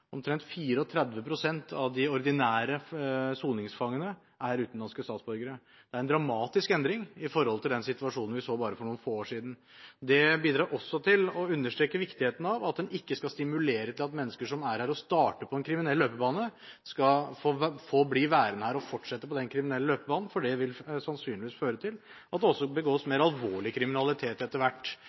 Omtrent 34 pst. av de ordinære soningsfangene er utenlandske statsborgere. Det er en dramatisk endring sammenliknet med den situasjonen vi så for bare noen få år siden. Det bidrar også til å understreke viktigheten av at en ikke skal stimulere til at mennesker som er her og starter på en kriminell løpebane, skal få bli værende her og fortsette på den kriminelle løpebanen, for det vil sannsynligvis føre til at det også begås mer alvorlig kriminalitet etter hvert.